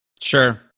Sure